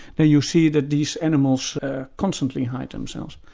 then you see that these animals constantly hide themselves.